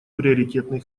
приоритетный